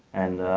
and